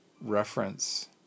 reference